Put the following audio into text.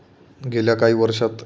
गेल्या काही वर्षात